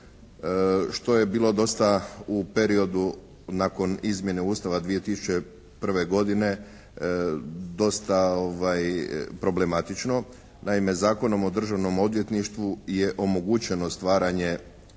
što je bilo dosta u periodu nakon izmjene Ustava 2001. godine, dosta problematično. Naime, Zakonom o državnom odvjetništvu je omoguće stvaranje